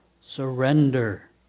surrender